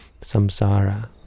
Samsara